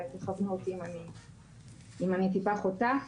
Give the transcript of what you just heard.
ותכוונו אותי אם אני טיפה סוטה.